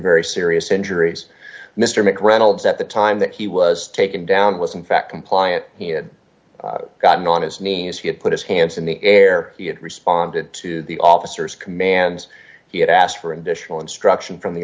very serious injuries mr mick reynolds at the time that he was taken down was in fact compliant he had gotten on his knees he had put his hands in the air he had responded to the officers commands he had asked for additional instruction from the